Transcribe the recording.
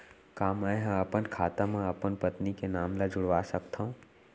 का मैं ह अपन खाता म अपन पत्नी के नाम ला जुड़वा सकथव?